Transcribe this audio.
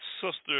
sister